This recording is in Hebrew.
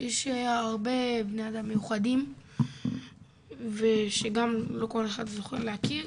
יש הרבה בני אדם מיוחדים ושגם לא כל אחד זוכה להכיר,